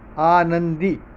आनंदी